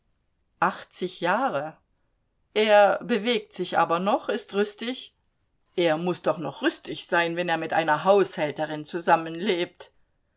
achtzig jahre er bewegt sich aber noch ist rüstig er muß doch noch rüstig sein wenn er mit einer haushälterin zusammenlebt